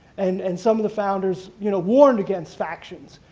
and and some of the founders you know warned against factions.